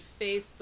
Facebook